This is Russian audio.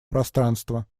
пространства